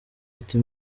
ati